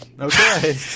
Okay